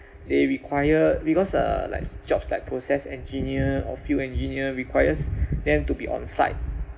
they require because uh like jobs like process engineer or field engineer requires them to be on site